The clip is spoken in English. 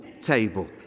table